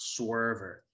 swerver